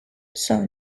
sono